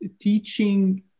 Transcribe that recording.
teaching